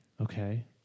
Okay